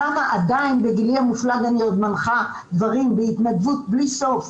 כמה עדיין בגילי המופלג אני עוד מנחה דברים בהתנדבות בלי סוף,